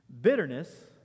bitterness